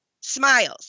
smiles